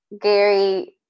Gary